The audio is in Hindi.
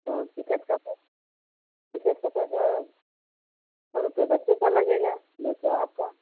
तो टिकट का पै तो टिकट का पैसा सौ रुपये बच्चे का लगेगा दो सौ आपका